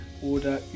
oder